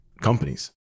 companies